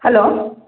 hello